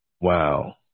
Wow